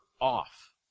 off